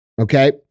okay